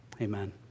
Amen